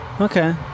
Okay